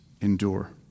endure